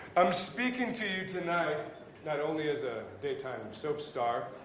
i'm speaking to you tonight not only as a daytime soap star,